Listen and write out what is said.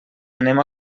anem